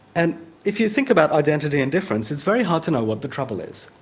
and if you think about identity and difference it's very had to know what the trouble is.